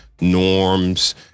norms